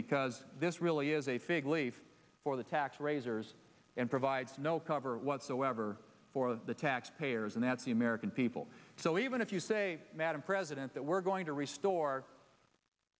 because this really is a fig leaf for the tax raisers and provides no cover whatsoever for the tax payers and that's the american people so even if you say madam president that we're going to restore